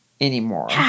anymore